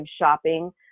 shopping